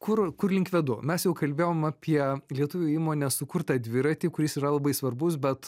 kur kur link vedu mes jau kalbėjom apie lietuvių įmonės sukurtą dviratį kuris yra labai svarbus bet